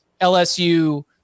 LSU